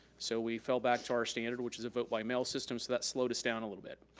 so we fell back to our standard which is a vote by mail system so that slowed us down a little bit.